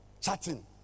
chatting